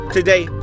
Today